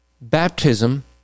baptism